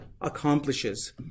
accomplishes